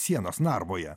sienos narvoje